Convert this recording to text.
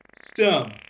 stem